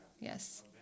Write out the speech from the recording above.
yes